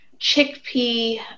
chickpea